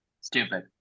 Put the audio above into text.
Stupid